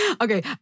okay